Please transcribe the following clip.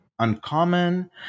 Uncommon